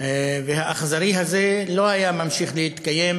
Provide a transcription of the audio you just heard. והאכזרי הזה לא היה ממשיך להתקיים